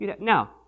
Now